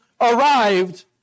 arrived